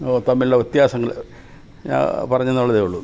തമ്മിലുള്ള വ്യത്യസങ്ങള് ഞാ പറഞ്ഞന്നുള്ളതേ ഉള്ളു